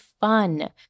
fun